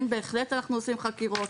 כן, בהחלט אנחנו עושים חקירות.